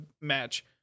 match